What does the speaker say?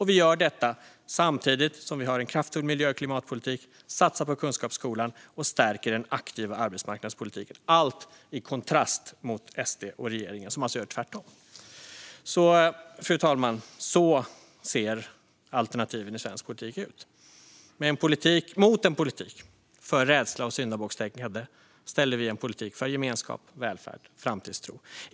Vi gör detta samtidigt som vi har en kraftfull miljö och klimatpolitik, satsar på kunskapsskolan och stärker den aktiva arbetsmarknadspolitiken - allt i kontrast mot SD och regeringen, som alltså gör tvärtom. Så, fru talman, ser alternativen i svensk politik ut. Mot en politik för rädsla och syndabockstänkande ställer Vänsterpartiet en politik för gemenskap, välfärd och framtidstro.